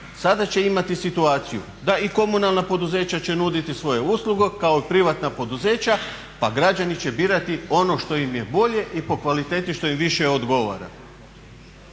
Sada će imati situaciju da i komunalna poduzeća će nuditi svoje usluge kao i privatna poduzeća pa građani će birati ono što im je bolje i po kvaliteti što im više odgovara.